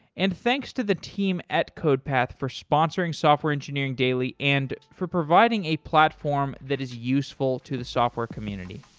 and thanks to the team at codepath for sponsoring software engineering daily and for providing a platform that is useful to the software community